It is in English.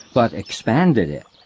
but expanded it.